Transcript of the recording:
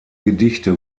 gedichte